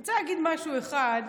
אני רוצה להגיד משהו אחד,